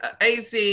AZ